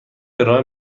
ارائه